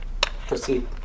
proceed